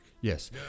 Yes